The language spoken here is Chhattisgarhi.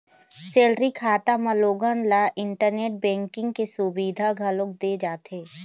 सेलरी खाता म लोगन ल इंटरनेट बेंकिंग के सुबिधा घलोक दे जाथे